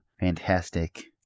fantastic